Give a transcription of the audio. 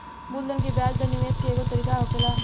मूलधन के ब्याज दर निवेश के एगो तरीका होखेला